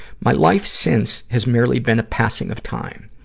my life since has merely been a passing of time,